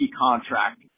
contract